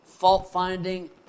fault-finding